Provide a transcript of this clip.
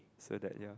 so that ya